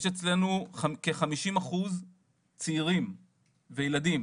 יש אצלינו כ-50% צעירים וילדים,